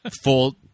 full